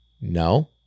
no